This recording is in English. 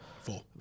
Four